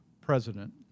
president